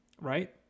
right